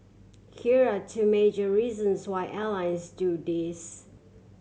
here are two major reasons why airlines do this